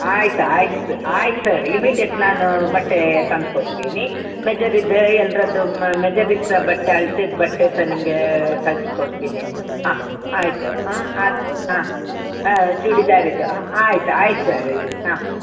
ಆಯ್ತು ಆಯ್ತು ಆಯ್ತು ಸರ್ ಇಮಿಡಿಯೆಟ್ ನಾನು ಬಟ್ಟೆ ತಂದು ಕೊಡ್ತೀನಿ ಮೆಜರ್ ಇದು ಎಲ್ಲರದ್ದು ಮೆಜರಿದು ಸಹ ಬಟ್ಟೆ ಅಳ್ತೆದು ಬಟ್ಟೆ ಸಹ ನಿಮಗೆ ಕಳ್ಸಿ ಕೊಡ್ತೀನಿ ಹಾಂ ಆಯಿತು ಹಾಂ ಅದು ಹಾಂ ಚೂಡಿದಾರಿದು ಆಯ್ತು ಆಯ್ತು ಸರ್ ಹಾಂ